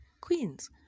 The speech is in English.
Queens